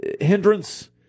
hindrance